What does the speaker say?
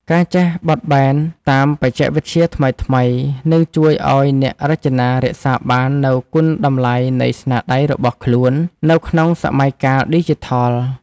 ការចេះបត់បែនតាមបច្ចេកវិទ្យាថ្មីៗនឹងជួយឱ្យអ្នករចនារក្សាបាននូវគុណតម្លៃនៃស្នាដៃរបស់ខ្លួននៅក្នុងសម័យកាលឌីជីថល។